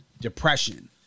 depression